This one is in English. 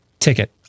Ticket